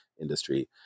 industry